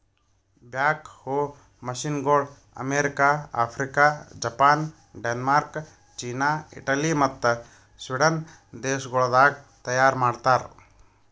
back ಹೋ ಮಷೀನಗೊಳ್ America, Africa, Japan, Denmark, China, Italy ಮತ್ತ ಸ್ವೀಡನ್ ದೇಶಗೊಳ್ದಾಗ್ ತೈಯಾರ್ ಮಾಡ್ತಾರ್